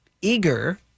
eager